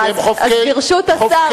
ברשות השר,